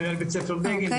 מנהל בית ספר בגין,